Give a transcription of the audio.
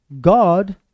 God